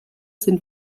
sind